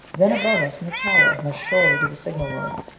then above us in the tower, must surely be the signal room.